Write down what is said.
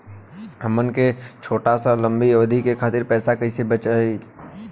हमन के छोटी या लंबी अवधि के खातिर पैसा कैसे बचाइब?